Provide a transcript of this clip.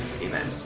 amen